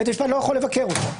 בית המשפט לא יכול לבקר אותה.